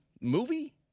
movie